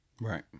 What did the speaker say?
right